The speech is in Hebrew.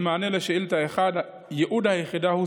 מענה לשאילתה: ייעוד היחידה הוא